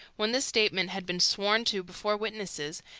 when this statement had been sworn to before witnesses,